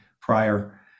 prior